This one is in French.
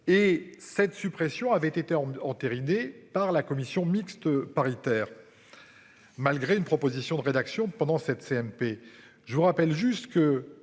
et cette suppression avait été entériné par la commission mixte paritaire. Malgré une proposition de rédaction pendant cette CMP. Je vous rappelle juste que